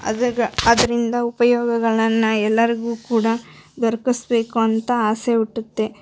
ಅದಗ ಅದರಿಂದ ಉಪಯೋಗಗಳನ್ನ ಎಲ್ಲರಿಗು ಕೂಡ ದೊರ್ಕಿಸಬೇಕು ಅಂತ ಆಸೆ ಹುಟ್ಟುತ್ತೆ